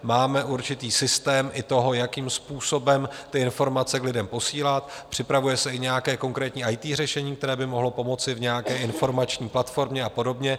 Máme určitý systém i toho, jakým způsobem informace k lidem posílat, připravuje se i nějaké konkrétní IT řešení, které by mohlo pomoci v nějaké informační platformě a podobně.